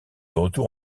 retour